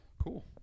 cool